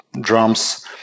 drums